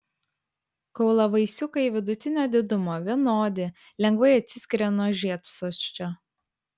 kaulavaisiukai vidutinio didumo vienodi lengvai atsiskiria nuo žiedsosčio